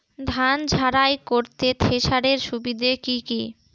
ধান ঝারাই করতে থেসারের সুবিধা কি কি?